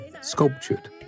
sculptured